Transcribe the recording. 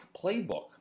playbook